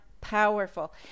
powerful